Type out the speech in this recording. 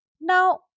Now